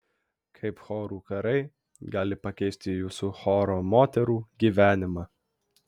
kaip chorų karai gali pakeisti jūsų choro moterų gyvenimą